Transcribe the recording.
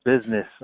business